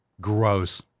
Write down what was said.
Gross